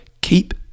Keep